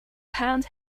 hand